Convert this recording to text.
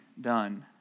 done